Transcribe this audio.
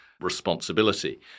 responsibility